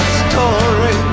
story